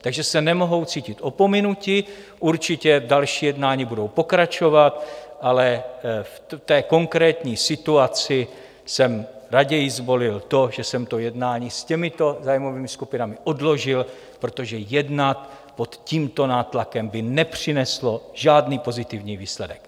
Takže se nemohou cítit opominuti, určitě další jednání budou pokračovat, ale v té konkrétní situaci jsem raději zvolil to, že jsem jednání s těmito zájmovými skupinami odložil, protože jednat pod tímto nátlakem by nepřineslo žádný pozitivní výsledek.